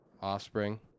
Offspring